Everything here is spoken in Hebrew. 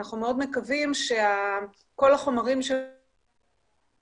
אנחנו מאוד מקווים שכל החומרים שהועלו, יונגשו.